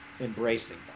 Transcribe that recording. embracing